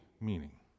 meaning